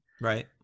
Right